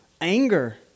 anger